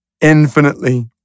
infinitely